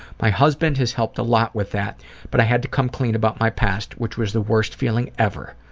my husband has helped a lot with that but i had to come clean about my past which was the worst feeling ever.